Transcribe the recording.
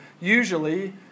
usually